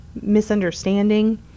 misunderstanding